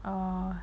err